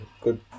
good